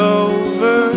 over